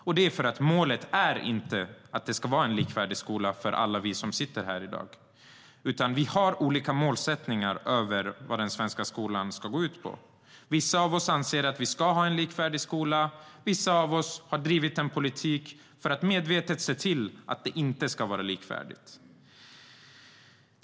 Målet för alla oss som sitter här i dag är nämligen inte att det ska vara en likvärdig skola, utan vi har olika målsättningar för vad den svenska skolan ska gå ut på. Vissa av oss anser att vi ska ha en likvärdig skola, och vissa av oss har drivit en politik för att medvetet se till att det inte ska vara likvärdigt.